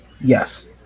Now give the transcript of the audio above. Yes